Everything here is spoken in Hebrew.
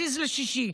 הזיז לשישי.